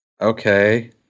Okay